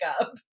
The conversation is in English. up